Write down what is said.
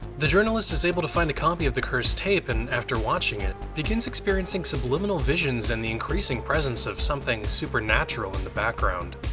the journalist is able to find a copy of the cursed tape and after watching it, begins experiencing subliminal visions and the increasing presence of something supernatural in the background.